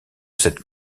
cette